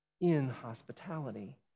inhospitality